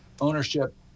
ownership